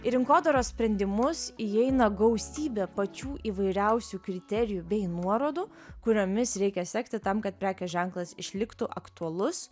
į rinkodaros sprendimus įeina gausybė pačių įvairiausių kriterijų bei nuorodų kuriomis reikia sekti tam kad prekės ženklas išliktų aktualus